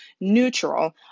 neutral